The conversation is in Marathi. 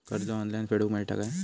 कर्ज ऑनलाइन फेडूक मेलता काय?